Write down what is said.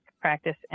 practice